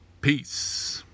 peace